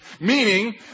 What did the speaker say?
Meaning